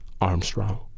Armstrong